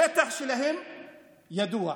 השטח שלהן ידוע.